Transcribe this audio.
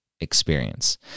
experience